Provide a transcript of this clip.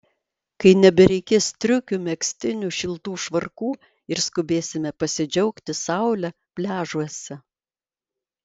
kai nebereikės striukių megztinių šiltų švarkų ir skubėsime pasidžiaugti saule pliažuose